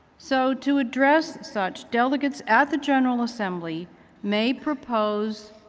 so to address such, delegates at the general assembly may propose,